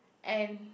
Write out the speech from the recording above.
and